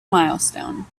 milestone